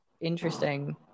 interesting